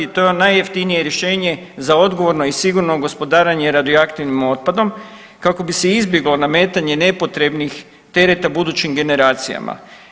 To je najjeftinije rješenje za odgovorno i sigurno gospodarenje radioaktivnim otpadom kako bi se izbjeglo nametanje nepotrebnih tereta budućim generacijama.